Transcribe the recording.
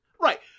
Right